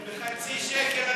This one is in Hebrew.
בחצי שקל,